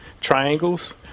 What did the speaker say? triangles